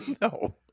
No